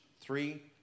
three